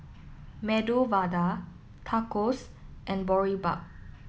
Medu Vada Tacos and Boribap